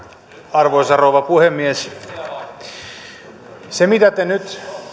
arvoisa rouva puhemies mitä te nyt